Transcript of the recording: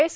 S